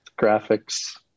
graphics